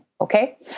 Okay